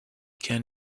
can